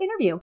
interview